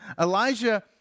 Elijah